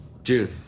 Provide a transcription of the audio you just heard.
June